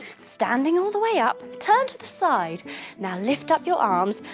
standing all the way up, turn to the side now lift up your arms,